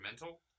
mental